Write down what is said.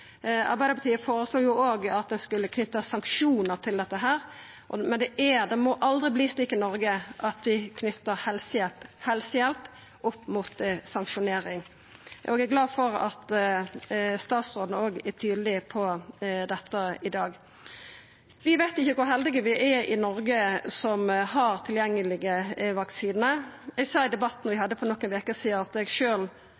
Arbeidarpartiet føreslo også at det skulle knytast sanksjonar til dette, men det må aldri verta slik i Noreg at vi knyter helsehjelp opp mot sanksjonering. Eg er glad for at statsråden er tydeleg på det i dag. Vi veit ikkje kor heldige vi er i Noreg som har tilgjengelege vaksinar. Eg sa i debatten vi